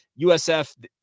USF